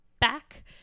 back